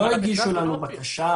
אומנם הנחתום מעיד על עיסתו,